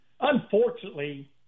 Unfortunately